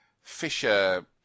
Fisher